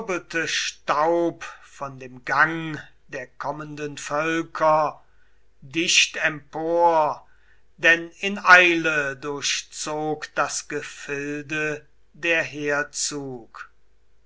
staub von dem gang der kommenden völker dicht empor denn in eile durchzog das gefilde der